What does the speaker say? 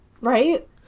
right